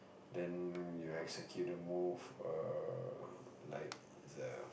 then you execute the move err like the